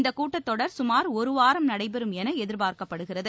இந்தக் கூட்டத்தொடர் சுமார் ஒருவாரம் நடைபெறும் என எதிர்பார்க்கப்படுகிறது